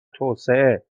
توسعه